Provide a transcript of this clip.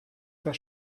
der